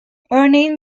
örneğin